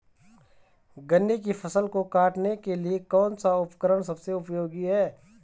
गन्ने की फसल को काटने के लिए कौन सा उपकरण सबसे उपयोगी है?